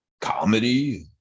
comedy